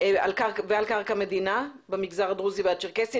ועל קרקע מדינה במגזר הדרוזי והצ'רקסי.